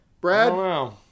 Brad